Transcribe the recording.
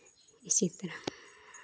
इस तरह